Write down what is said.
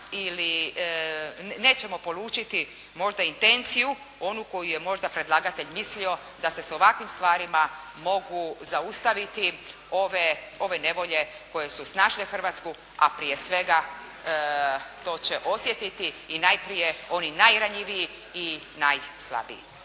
ili nećemo polučiti možda intenciju onu koju je možda predlagatelj mislio da se s ovakvim stvarima mogu zaustaviti ove nevolje koje su snašle Hrvatsku, a prije svega to će osjetiti i najprije oni najranjiviji i najslabiji.